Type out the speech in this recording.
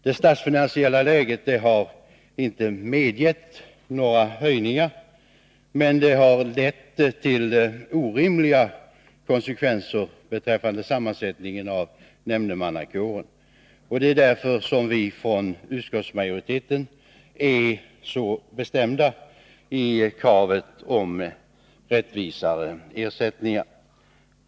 Det statsfinansiella läget har inte medgett några höjningar, men det har blivit orimliga konsekvenser beträffande sammansättningen av nämndemannakåren. Det är därför som vi från utskottsmajoriteten är så bestämda i kravet på rättvisare ersättningar.